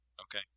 Okay